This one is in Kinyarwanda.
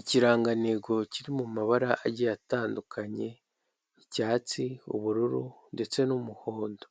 Ikirangantego kiri mu mabara agiye atandukanye icyatsi, ubururu ndetse n'umuhondo